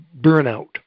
burnout